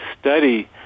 study